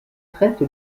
traite